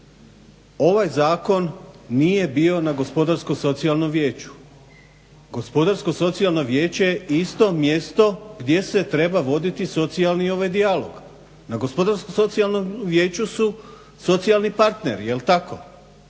Ovaj zakon nije bio na Gospodarskom socijalnom vijeću. Gospodarsko socijalno vijeće je isto mjesto gdje se treba voditi socijalni dijalog. Na Gospodarskom socijalnom vijeću su socijalni partneri. Jel' tako?